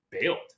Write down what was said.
bailed